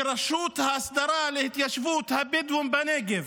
שרשות הסדרת ההתיישבות הבדואית בנגב